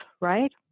Right